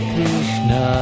Krishna